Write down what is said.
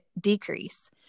decrease